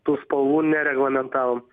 tų spalvų nereglamentavom